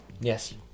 Yes